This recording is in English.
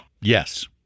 yes